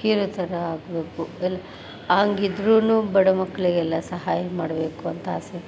hero ಥರ ಆಗಬೇಕು ಎಲ್ಲಿ ಹಂಗಿದ್ರೂನೂ ಬಡ ಮಕ್ಕಳಿಗೆಲ್ಲ ಸಹಾಯ ಮಾಡಬೇಕು ಅಂತ ಆಸೆ